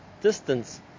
distance